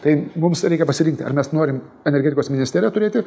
tai mums reikia pasirinkti ar mes norim energetikos ministeriją turėti